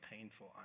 painful